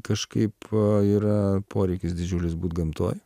kažkaip yra poreikis didžiulis būt gamtoj